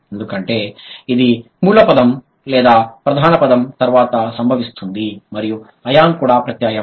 ఎందుకంటే ఇది మూల పదం లేదా ప్రధాన పదం తర్వాత సంభవిస్తుంది మరియు అయాన్ కూడా ప్రత్యయం